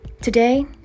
today